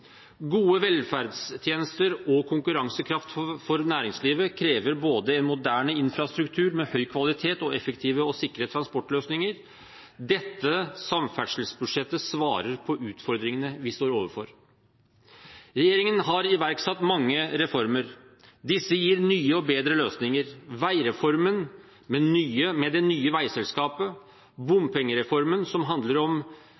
Gode velferdstjenester og konkurransekraft for næringslivet krever både en moderne infrastruktur med høy kvalitet og effektive og sikre transportløsninger. Dette samferdselsbudsjettet svarer på utfordringene vi står overfor. Regjeringen har iverksatt mange reformer. Disse gir nye og bedre løsninger: veireformen, med det nye veiselskapet, bompengereformen, som handler om